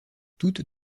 toutes